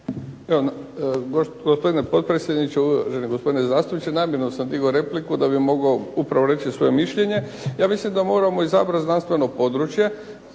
Evo, gospodine potpredsjedniče, uvaženi gospodine zastupniče. Namjerno sam digao repliku da bih mogao upravo reći svoje mišljenje. Ja mislim da moramo izabrati znanstveno područje